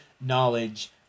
knowledge